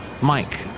Mike